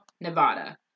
Nevada